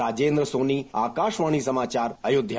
राजेन्द्र सोनी आकाशवाणी समाचार अयोध्या